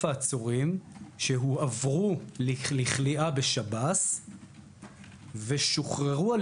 העצורים שהועברו לכליאה בשב"ס ושוחררו על